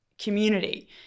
community